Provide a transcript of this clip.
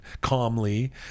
calmly